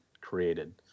created